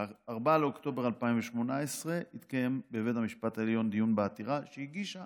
ב-4 באוקטובר 2018 התקיים בבית המשפט העליון דיון בעתירה שהגישה